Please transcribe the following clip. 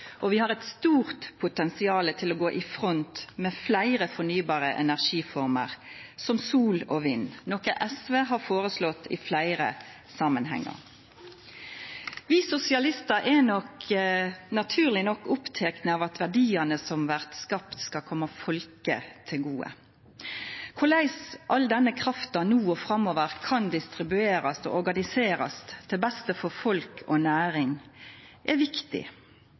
og vi har eit stort potensial til å gå i front med fleire fornybare energiformer, som sol og vind, noko SV har føreslått i fleire samanhengar. Vi sosialistar er nok naturleg nok opptekne av at verdiane som blir skapte, skal koma folket til gode. Korleis all denne krafta no og framover kan bli distribuert og organisert til beste for folk og næring, er viktig.